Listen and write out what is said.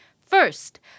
First